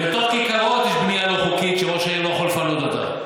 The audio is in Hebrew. בתוך כיכרות יש בנייה לא חוקית שראש העיר לא יכול לפנות אותה.